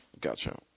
Gotcha